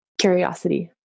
curiosity